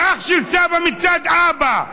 ואח של סבא מצד האבא,